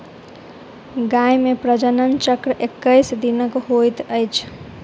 गाय मे प्रजनन चक्र एक्कैस दिनक होइत अछि